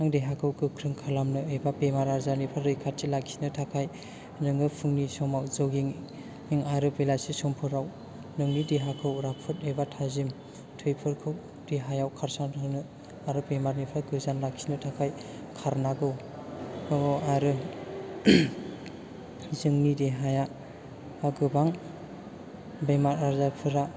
देहाखौ गोख्रों खालामनो एबा बेमार आजारनिफ्राय रैखाथि लाखिनो थाखाय नोङो फुंनि समाव जगिं आरो बेलासि समफोराव नोंनि देहाखौ राफोद एबा थाजिम थैफोरखौ देहायाव खारसारहोनो आरो बेमारनिफ्राय गोजान लाखिनो थाखाय खारनांगौ आरो जोंनि देहाया गोबां बेमार आजारफोरा